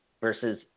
versus